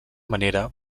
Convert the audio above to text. manera